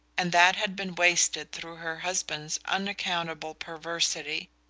and that had been wasted through her husband's unaccountable perversity.